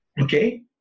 Okay